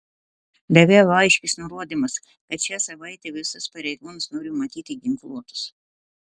daviau aiškius nurodymus kad šią savaitę visus pareigūnus noriu matyti ginkluotus